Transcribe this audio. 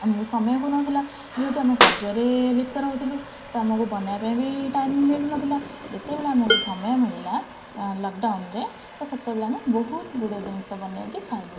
ଆମକୁ ସମୟକୁ ହଉ ନଥିଲା ଯେହେତୁ ଆମେ କାର୍ଯ୍ୟରେ ଲିପ୍ତ ରହୁଥିଲୁ ତ ଆମକୁ ବନାଇବା ପାଇଁ ବି ଟାଇମ ମିଳୁନଥିଲା ଯେତେବେଳେ ଆମକୁ ସମୟ ମିଳିଲା ଲକଡାଉନରେ ତ ସେତେବେଳେ ଆମେ ବହୁତ ଗୁଡ଼ିଏ ଜିନିଷ ବନାଇକି ଖାଇଲୁ